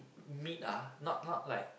meat ah not not like